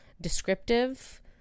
descriptive